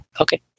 Okay